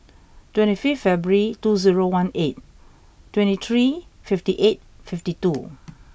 twenty five February two zero one eight twenty three fifty eight fifty two